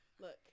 Look